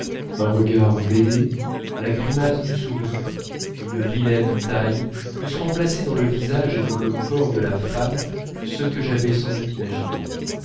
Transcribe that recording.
un regard benêt la grimace du sourire une vilaine taille eussent remplacé dans le visage et dans le corps de la femme ceux que j'avais sans doute imaginés